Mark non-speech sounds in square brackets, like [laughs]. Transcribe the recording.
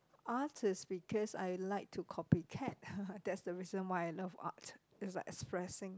Art is because I like to copycat [laughs] that's the reason why I love Art it's like expressing